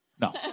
No